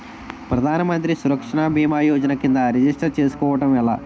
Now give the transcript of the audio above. ప్రధాన మంత్రి సురక్ష భీమా యోజన కిందా రిజిస్టర్ చేసుకోవటం ఎలా?